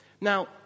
Now